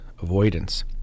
Avoidance